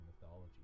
mythology